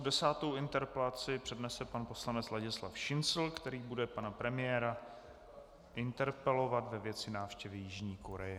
Desátou interpelaci přednese pan poslanec Ladislav Šincl, který bude pana premiéra interpelovat ve věci návštěvy Jižní Koreje.